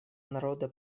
народа